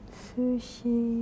sushi